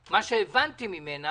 מה שאני אומרת.